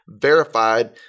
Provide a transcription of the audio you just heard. verified